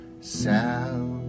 south